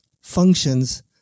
functions